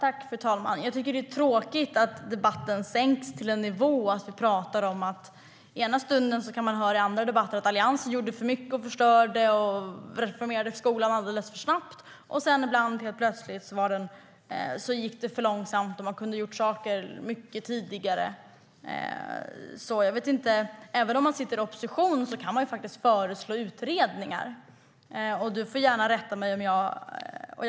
Fru talman! Det är tråkigt att debatten sänks till en sådan nivå. Ena stunden hör man i andra debatter att Alliansen gjorde för mycket, förstörde och reformerade skolan alldeles för snabbt. Sedan hör man plötsligt att det gick för långsamt och att vi kunde ha gjort saker mycket tidigare. Man kan faktiskt föreslå utredningar även när man sitter i opposition.